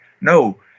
no